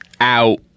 out